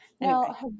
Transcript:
Now